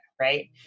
right